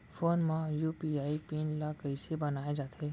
Phone म UPI PIN ल कइसे बनाये जाथे?